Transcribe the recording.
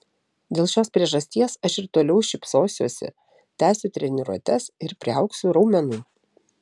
dėl šios priežasties aš ir toliau šypsosiuosi tęsiu treniruotes ir priaugsiu raumenų